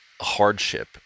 Hardship